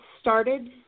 started